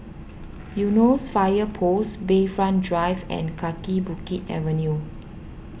Eunos Fire Post Bayfront Drive and Kaki Bukit Avenue